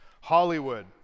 Hollywood